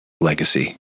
legacy